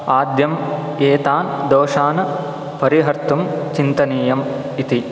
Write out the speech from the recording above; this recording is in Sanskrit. आद्यम् एतान् दोषान् परिहर्तुं चिन्तनीयम् इति